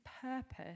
purpose